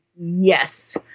Yes